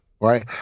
Right